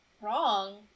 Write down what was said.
wrong